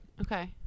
Okay